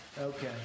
Okay